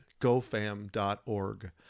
gofam.org